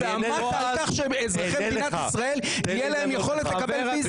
ועמדת על כך שאזרחי מדינת ישראל תהיה להם יכולת לקבל ויזה.